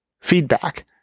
feedback